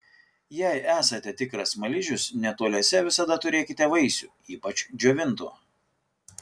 jei esate tikras smaližius netoliese visada turėkite vaisių ypač džiovintų